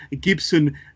Gibson